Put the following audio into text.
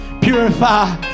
Purify